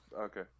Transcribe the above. okay